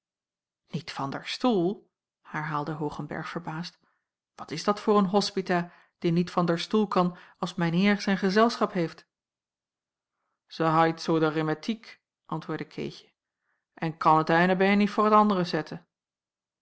niet van d'r stoel herhaalde hoogenberg verbaasd wat is dat voor een hospita die niet van d'r stoel kan als mijn heer zijn gezelschap heeft ze hait zoo de rimmetiek antwoordde keetje en kan het eine been niet voor het andere zetten